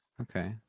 Okay